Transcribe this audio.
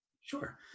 Sure